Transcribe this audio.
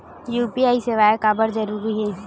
UPI सेवाएं काबर जरूरी हे?